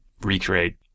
recreate